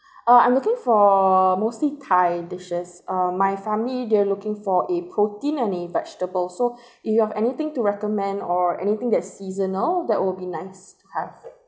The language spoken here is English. uh I'm looking for mostly thai dishes uh my family they're looking for a protein any vegetable so if you have anything to recommend or anything that seasonal that will be nice to have it